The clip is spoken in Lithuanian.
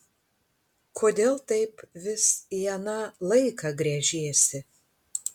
kodėl taip vis į aną laiką gręžiesi